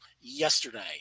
yesterday